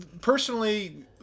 personally